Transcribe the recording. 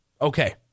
Okay